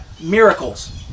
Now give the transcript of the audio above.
miracles